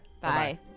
Bye